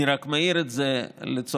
אני רק מעיר את זה לצורך,